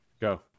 Go